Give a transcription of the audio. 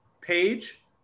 Page